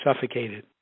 suffocated